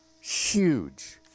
huge